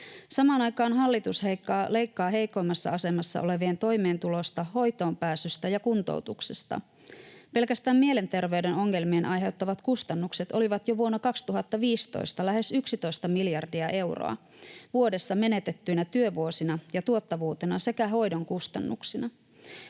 Samaan aikaan hallitus leikkaa heikoimmassa asemassa olevien toimeentulosta, hoitoonpääsystä ja kuntoutuksesta. Pelkästään mielenterveyden ongelmien aiheuttamat kustannukset olivat jo vuonna 2015 lähes 11 miljardia euroa vuodessa menetettyinä työvuosina ja tuottavuutena sekä hoidon kustannuksina.